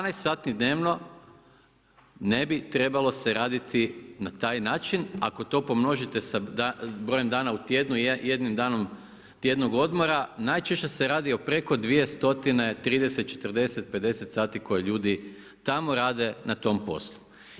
12 sati dnevno ne bi trebalo se raditi na taj način ako to pomnožite sa brojem dana u tjednu, jednim danom tjednog odmora, najčešće se radi o preko 230, 40, 50 sati koje ljudi tamo rade na tom poslu.